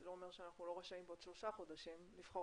זה לא אומר שאנחנו לא רשאים בעוד שלושה חודשים לבחור